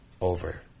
over